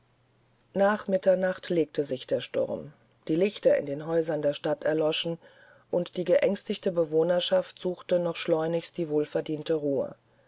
nach mitternacht legte sich der sturm die lichter in den häusern der stadt erloschen und die geängstigte bewohnerschaft suchte noch schleunigst die wohlverdiente ruhe